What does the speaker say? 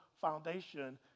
foundation